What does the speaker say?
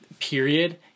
Period